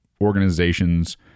organizations